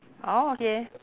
orh okay